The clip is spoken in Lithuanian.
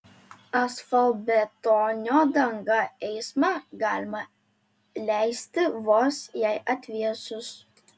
asfaltbetonio danga eismą galima leisti vos jai atvėsus